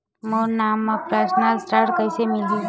मोर नाम म परसनल ऋण कइसे मिलही?